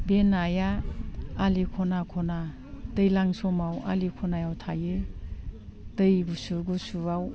बे नाया आलि खना खना दैज्लां समाव आलि खनायाव थायो दै गुसु गुसुआव